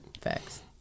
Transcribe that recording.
Facts